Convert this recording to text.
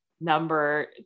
number